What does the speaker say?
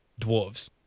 Dwarves